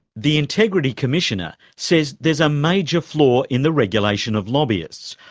the integrity commissioner says there's a major flaw in the regulation of lobbyists.